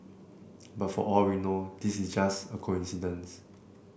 but for all we know this is just a coincidence